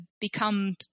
become